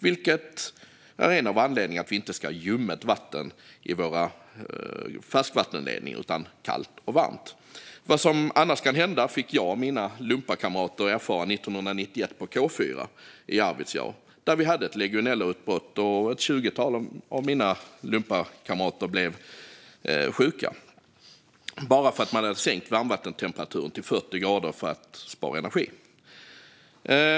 Det är en av anledningarna till att vi inte ska ha ljummet vatten i våra färskvattenledningar, utan kallt och varmt. Vad som annars kan hända fick jag och mina lumparkamrater erfara 1991 på K4 i Arvidsjaur, där vi hade ett legionellautbrott. Ett tjugotal av mina lumparkamrater blev sjuka - bara för att man hade sänkt varmvattentemperaturen till 40 grader för att spara energi.